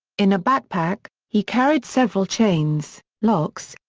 in a backpack, he carried several chains, locks,